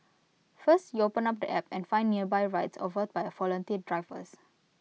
first you open up the app and find nearby rides offered by volunteer drivers